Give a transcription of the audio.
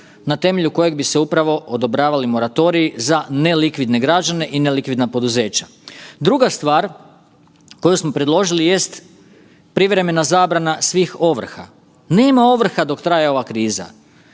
na temelju kojeg bi se upravo odobravali moratoriji za nelikvidne građane i nelikvidna poduzeća. Druga stvar koju smo predložili jest privremena zabrana svih ovrha. Nema ovrha dok traje ova kriza.